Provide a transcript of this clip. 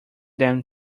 them